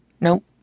Nope